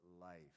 life